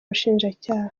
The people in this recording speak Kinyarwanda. ubushinjacyaha